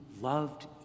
loved